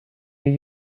you